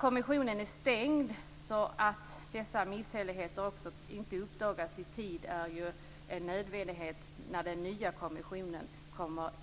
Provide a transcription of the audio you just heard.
Kommissionen har varit sluten, och därför har dessa misshälligheter inte uppdagats i tid. Det är en nödvändighet när den nya kommissionen